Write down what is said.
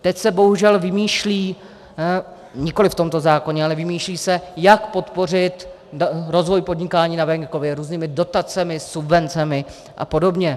Teď se bohužel vymýšlí, nikoliv v tomto zákoně, ale vymýšlí se, jak podpořit rozvoj podnikání na venkově různými dotacemi, subvencemi a podobně.